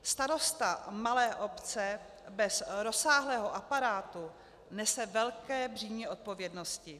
Starosta malé obce bez rozsáhlého aparátu nese velké břímě odpovědnosti.